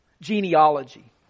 genealogy